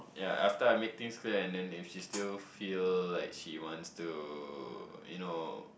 ya after I make things clear and then if she still feel like she wants to you know